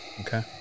Okay